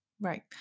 Right